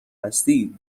هستی